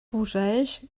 posseeix